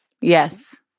yes